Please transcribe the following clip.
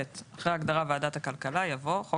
(ב)אחרי ההגדרה "ועדת הכלכלה" יבוא: ""חוק